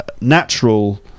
natural